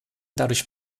dadurch